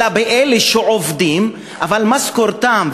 אלא באלה שעובדים אבל משכורתם,